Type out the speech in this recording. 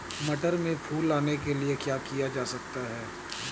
मटर में फूल आने के लिए क्या किया जा सकता है?